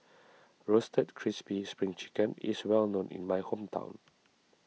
Roasted Crispy Spring Chicken is well known in my hometown